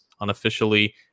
unofficially